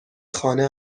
خانه